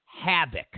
havoc